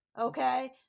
okay